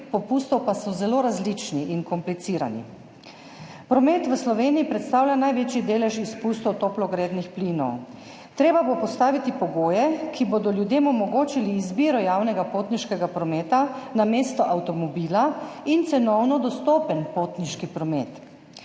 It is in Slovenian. popustov pa so zelo različni in komplicirani. Promet v Sloveniji predstavlja največji delež izpustov toplogrednih plinov. Treba bo postaviti pogoje, ki bodo ljudem omogočili izbiro javnega potniškega prometa namesto avtomobila in cenovno dostopen potniški promet.